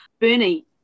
Bernie